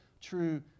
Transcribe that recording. true